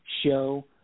show